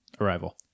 Arrival